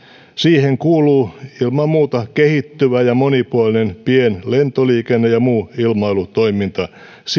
siihen kuuluu ilman muuta kehittyvä ja monipuolinen pienlentoliikenne ja muu ilmailutoiminta